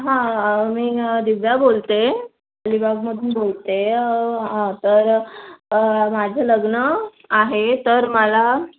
हां मी दिव्या बोलते अलिबागमधून बोलते तर माझं लग्न आहे तर मला